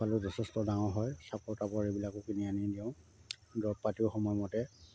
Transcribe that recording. খুৱালেও যথেষ্ট ডাঙৰ হয় চাপৰ টাপৰ এইবিলাকো কিনি আনি দিওঁ দৰৱ পাতিও সময়মতে